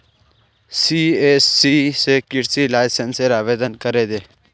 CSC स कृषि लाइसेंसेर आवेदन करे दे